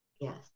Yes